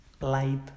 light